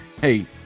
hey